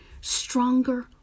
stronger